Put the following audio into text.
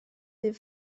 des